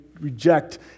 reject